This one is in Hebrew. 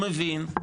אני מבין,